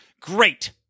Great